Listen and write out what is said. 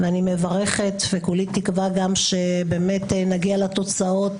ואני מברכת וכולי תקווה גם שבאמת נגיע לתוצאות